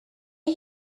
are